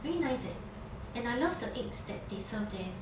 very nice leh and I love the eggs that they serve there